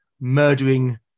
murdering